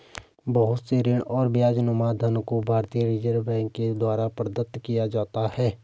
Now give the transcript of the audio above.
बहुत से ऋण और ब्याजनुमा धन को भारतीय रिजर्ब बैंक के द्वारा प्रदत्त किया जाता है